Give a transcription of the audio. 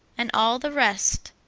and all the rest.